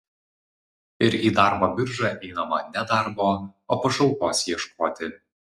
ir į darbo biržą einama ne darbo o pašalpos ieškoti